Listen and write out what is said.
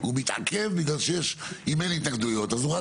הוא מתעכב בגלל שיש אם אין התנגדויות אז הוא רץ קדימה.